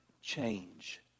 change